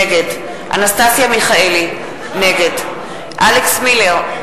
נגד אנסטסיה מיכאלי, נגד אלכס מילר,